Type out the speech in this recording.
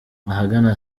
ahagana